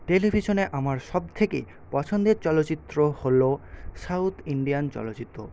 টেলিভিশনে আমার সবথেকে পছন্দের চলচ্চিত্র হল সাউথ ইন্ডিয়ান চলচ্চিত্র